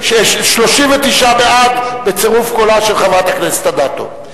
39 בעד, בצירוף קולה של חברת הכנסת אדטו.